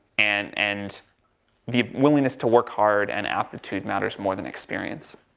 and, and the willingness to work hard and aptitude matters more than experience.